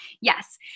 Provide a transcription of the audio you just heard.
Yes